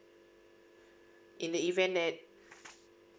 in the event that